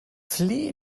flehe